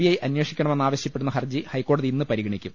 I അന്വേഷിക്കണമെന്നാവശ്യപ്പെടുന്ന ഹർജി ഹൈക്കോടതി ഇന്ന് പരിഗണിക്കും